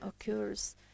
occurs